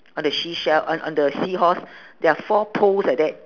on the seashell on on the seahorse there are four poles like that